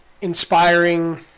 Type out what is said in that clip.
inspiring